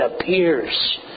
appears